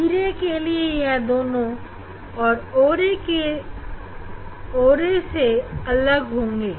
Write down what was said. e ray के लिए यह दोनों और o ray से अलग होंगे